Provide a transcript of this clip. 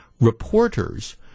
reporters